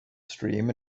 stream